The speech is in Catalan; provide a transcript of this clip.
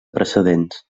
precedents